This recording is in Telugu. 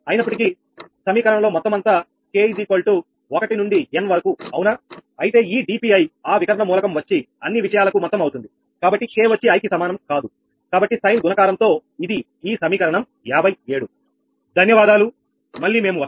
అయినప్పటికీ సమీకరణంలో మొత్తమంతా k 1 నుండి n వరకు అవునా అయితే ఈ 𝑑Pi ఆ వికర్ణ మూలకం వచ్చి అన్ని విషయాలకు మొత్తం అవుతుంది కాబట్టి k వచ్చి i కి సమానం కాదు కాబట్టి sin గుణకారం తో ఇది ఈ సమీకరణము 57